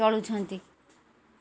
ଚଳୁଛନ୍ତି